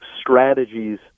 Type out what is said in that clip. strategies